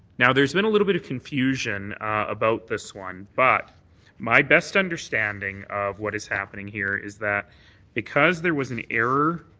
there's been a little bit of confusion about this one but my best understanding of what is happening here is that because there was an error